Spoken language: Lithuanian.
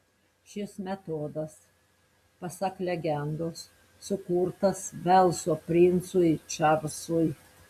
šis metodas pasak legendos sukurtas velso princui čarlzui